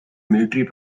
military